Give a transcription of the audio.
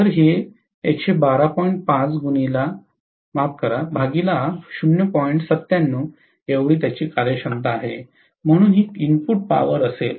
तर ही कार्यक्षमता आहे म्हणून ही इनपुट पॉवर असेल